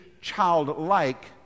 childlike